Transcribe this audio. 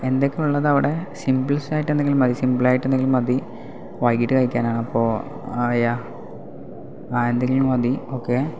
എന്തൊക്കെയാ ഉള്ളത് അവിടെ സിംപിൾസ് ആയിട്ട് എന്തെങ്കിലും മതി സിംപിളായിട്ട് എന്തെങ്കിലും മതി വൈകീട്ട് കഴിക്കാനാണ് അപ്പോൾ ആ യാ ആ എന്തെങ്കിലും മതി ഓക്കെ